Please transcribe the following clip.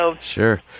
Sure